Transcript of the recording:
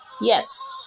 Yes